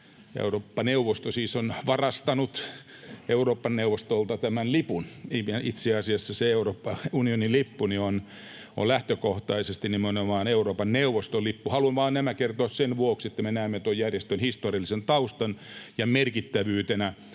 Eurooppa-neuvosto ovat varastaneet Euroopan neuvostolta lipun — itse asiassa Euroopan unionin lippu on lähtökohtaisesti nimenomaan Euroopan neuvoston lippu. Haluan nämä vain kertoa sen vuoksi, että me näemme tuon järjestön historiallisen taustan ja merkittävyyden